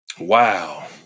Wow